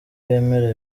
bemera